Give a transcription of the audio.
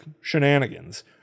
shenanigans